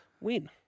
win